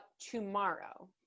tomorrow